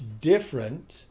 different